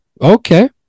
okay